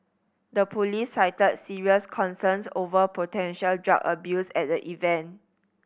the police cited serious concerns over potential drug abuse at the event